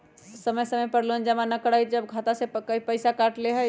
जब समय पर लोन जमा न करवई तब खाता में से पईसा काट लेहई?